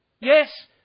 Yes